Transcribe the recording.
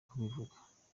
kubivuga